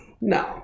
No